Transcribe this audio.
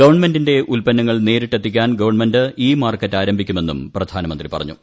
ഗവൺമെന്റിന്റെ ഉൽപ്പന്നങ്ങൾ നേരിട്ട് എത്തിക്കാൻ ഗവൺമെന്റ് ഇ മാർക്കറ്റ് ആരംഭിക്കുമെന്നും പ്രധാനമന്ത്രി പറഞ്ഞു